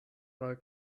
war